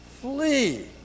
Flee